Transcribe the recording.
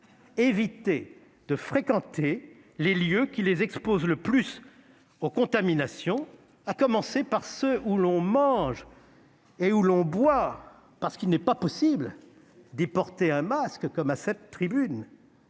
éviter de fréquenter les lieux qui les exposent le plus aux contaminations, à commencer par ceux où l'on mange et où l'on boit, parce qu'il n'est pas possible d'y porter un masque comme à cette tribune.